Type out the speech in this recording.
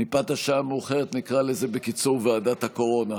מפאת השעה המאוחרת נקרא לזה בקיצור ועדת הקורונה.